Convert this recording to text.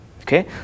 Okay